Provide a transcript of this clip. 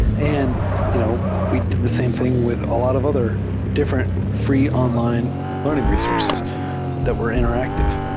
and you know we did the same thing with a lot of other different free online learning resource that were interactive.